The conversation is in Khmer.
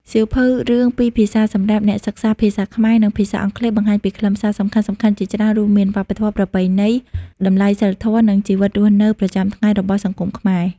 សៀវភៅរឿងពីរភាសាសម្រាប់អ្នកសិក្សាភាសាខ្មែរ និងភាសាអង់គ្លេសបង្ហាញពីខ្លឹមសារសំខាន់ៗជាច្រើន រួមមាន វប្បធម៌ ប្រពៃណី តម្លៃសីលធម៌ និង ជីវិតរស់នៅប្រចាំថ្ងៃ របស់សង្គមខ្មែរ។